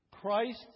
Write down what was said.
Christ